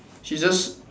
she just